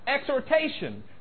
exhortation